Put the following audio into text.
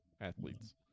Athletes